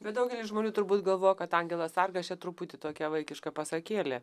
bet daugelis žmonių turbūt galvo kad angelas sargas čia truputį tokia vaikiška pasakėlė